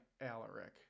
alaric